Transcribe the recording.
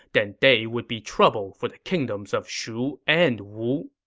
then they would be trouble for the kingdoms of shu and wu.